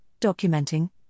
documenting